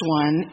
one